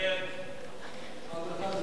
שמונה, בעדה.